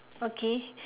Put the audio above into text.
okay